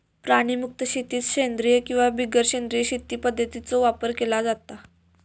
प्राणीमुक्त शेतीत सेंद्रिय किंवा बिगर सेंद्रिय शेती पध्दतींचो वापर केलो जाता